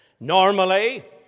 Normally